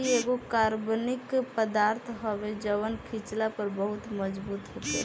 इ एगो कार्बनिक पदार्थ हवे जवन खिचला पर बहुत मजबूत होखेला